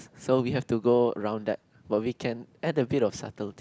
so we have to go around that but we can add a bit of subtle thing